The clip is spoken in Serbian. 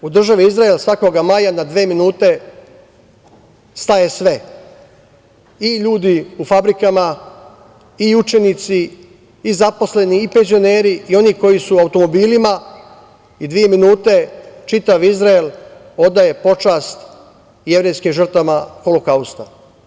U državi Izrael svakoga maja na dve minute staje sve i ljudi u fabrikama i učenici i zaposleni i penzioneri i on koji su automobilima i dve minute čitav Izrael odaje počast jevrejskim žrtvama Holokausta.